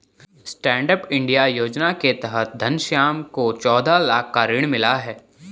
stand up India योजना के तहत घनश्याम को चौदह लाख का ऋण मिला है